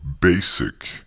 basic